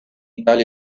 italia